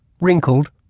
wrinkled